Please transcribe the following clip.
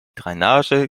drainage